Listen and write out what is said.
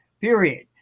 Period